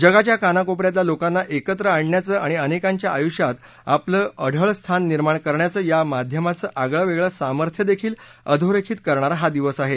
जगाच्या कानाकोपऱ्यातल्या लोकांना एकत्र आणण्याचं आणि अनेकांच्या आयुष्यात आपलं अढळ स्थान निर्माण करण्याचं या माध्यमाचं आगळं वेगळं सामर्थ्य देखील अधोरेखित करणारा हा दिवस आहे